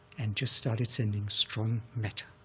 and just started sending strong metta.